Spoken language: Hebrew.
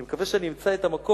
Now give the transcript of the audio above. אני מקווה שאני אמצא את המקור.